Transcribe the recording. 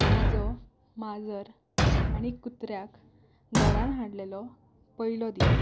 म्हजो माजर आनी कुत्र्याक घरांत हाडिल्लो पयलो दीस